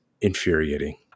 infuriating